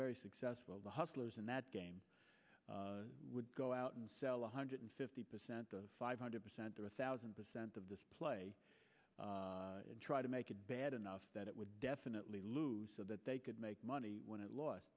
very successful the hustlers in that game would go out and sell one hundred fifty percent of five hundred percent or one thousand percent of the play and try to make it bad enough that it would definitely lose so that they could make money when at last